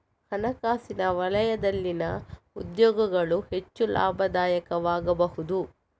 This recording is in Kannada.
ಹಣಕಾಸಿನ ವಲಯದಲ್ಲಿನ ಉದ್ಯೋಗಗಳು ಹೆಚ್ಚು ಲಾಭದಾಯಕವಾಗಬಹುದು